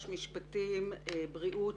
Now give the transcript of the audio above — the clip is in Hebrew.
משרד המשפטים ומשרד הבריאות,